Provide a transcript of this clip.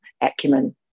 acumen